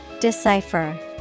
Decipher